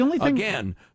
Again